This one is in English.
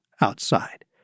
outside